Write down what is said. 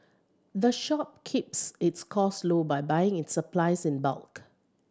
the shop keeps its cost low by buying its supplies in bulk